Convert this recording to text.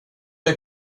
jag